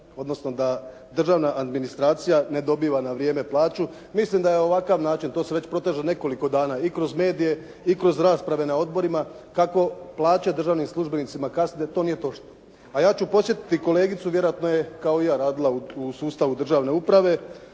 odnosno da državna administracija ne dobiva na vrijeme plaću. Mislim da je ovakav način, to se već proteže nekoliko dana i kroz medije i kroz rasprave na odborima kako plaće državnim službenicima kasne to nije točno. A ja ću podsjetiti kolegicu, vjerojatno je kao i ja radila u sustavu državne uprave,